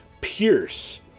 pierce